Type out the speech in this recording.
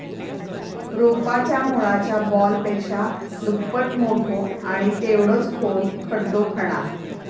रोपाच्या मुळाच्या बॉलपेक्षा दुप्पट मोठो आणि तेवढोच खोल खड्डो खणा